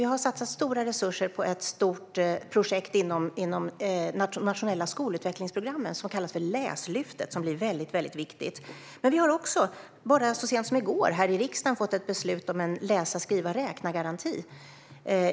Vi har satsat stora resurser på ett stort projekt inom de nationella skolutvecklingsprogrammen som kallas för Läslyftet, som blir väldigt viktigt. Vi har också, så sent som i går, här i riksdagen fått ett beslut om en läsa-skriva-räkna-garanti.